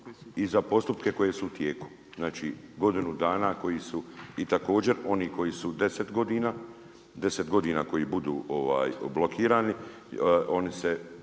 i za postupke koji su u tijeku. Znači godinu dana koji su, i također oni koju su 10 godina. 10 godina koji budu blokirani, oni